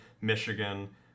Michigan